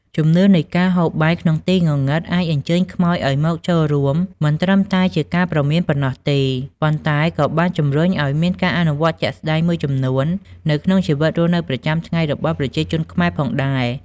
ជំនឿនៃការហូបបាយក្នុងទីងងឹតអាចអញ្ជើញខ្មោចឲ្យមកចូលរួម មិនត្រឹមតែជាការព្រមានប៉ុណ្ណោះទេ ប៉ុន្តែក៏បានជំរុញឲ្យមានការអនុវត្តជាក់ស្តែងមួយចំនួននៅក្នុងជីវភាពរស់នៅប្រចាំថ្ងៃរបស់ប្រជាជនខ្មែរផងដែរ ។